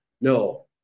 No